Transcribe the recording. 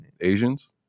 Asians